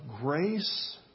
grace